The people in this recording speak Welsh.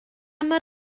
mor